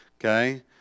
Okay